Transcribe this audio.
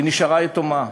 היא נשארה יתומה,